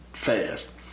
Fast